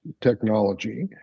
technology